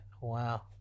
Wow